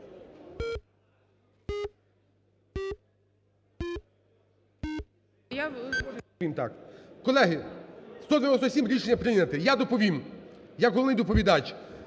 Колеги, 197, рішення прийняте. Я доповім як головний доповідач.